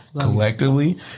collectively